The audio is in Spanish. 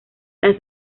las